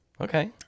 Okay